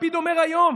לפיד אומר היום,